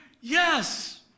Yes